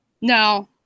No